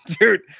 dude